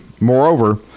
Moreover